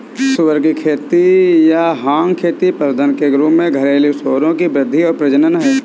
सुअर की खेती या हॉग खेती पशुधन के रूप में घरेलू सूअरों की वृद्धि और प्रजनन है